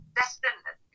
destined